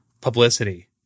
publicity